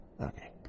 okay